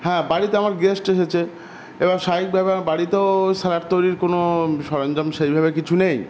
হ্যাঁ বাড়িতে আমার গেস্ট এসেছে এবার স্বাভাবিক ভাবে আমার বাড়িতেও স্যালাড তৈরির কোনো সরঞ্জাম সেইভাবে কিছু নেই